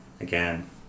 again